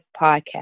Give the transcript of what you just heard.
podcast